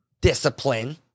discipline